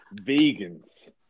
vegans